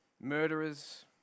Murderers